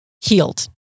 healed